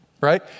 right